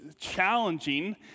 challenging